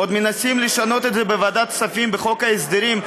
עוד מנסים לשנות את זה בוועדת כספים בחוק ההסדרים,